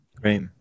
Great